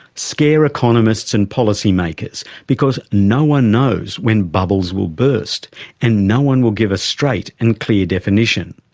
scare economists and policy makers because no one knows when bubbles will burst and no one will give a straight and clear definition.